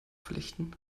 flechten